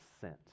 sent